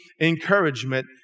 encouragement